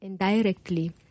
indirectly